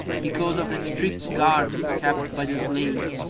because of the strict guard kept by the slaves,